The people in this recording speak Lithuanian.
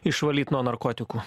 išvalyt nuo narkotikų